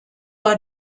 war